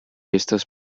estas